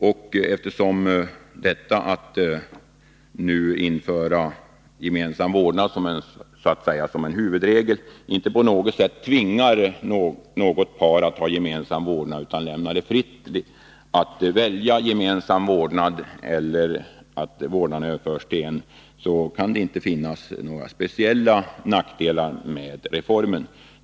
Och eftersom införandet av gemensam vårdnad som huvudregel inte på något sätt tvingar något par till gemensam vårdnad utan lämnar det fritt att välja gemensam vårdnad eller att överföra vårdnaden till den ena parten, kan det inte finnas några speciella nackdelar med reformen.